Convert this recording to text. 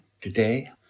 today